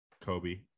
Kobe